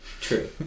true